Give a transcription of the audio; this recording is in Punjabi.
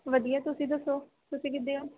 ਵਧੀਆ ਤੁਸੀਂ ਦੱਸੋ ਤੁਸੀਂ ਕਿੱਦੇਂ ਹੋ